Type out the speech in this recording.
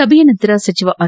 ಸಭೆಯ ನಂತರ ಸಚಿವ ಆರ್